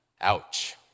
Ouch